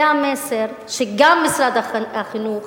זה המסר שגם משרד החינוך